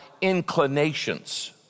inclinations